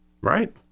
right